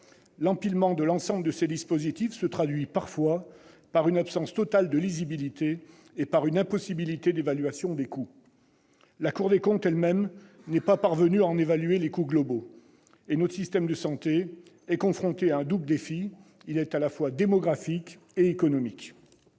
L'empilement de l'ensemble de ces dispositifs se traduit parfois par une absence totale de lisibilité et par une impossibilité d'évaluation des coûts. La Cour des comptes elle-même n'y est pas parvenue. Notre système de santé est confronté à un double défi, démographique et économique.